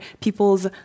people's